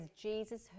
Jesus